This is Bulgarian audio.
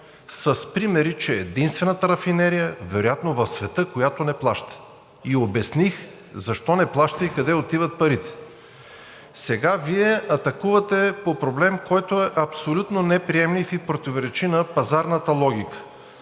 С примери, че е единствената рафинерия вероятно в света, която не плаща. И обясних защо не плаща и къде отиват парите. Сега Вие атакувате по проблем, който е абсолютно неприемлив и противоречи на пазарната логика.